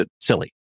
silly